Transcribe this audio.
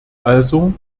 also